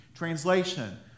Translation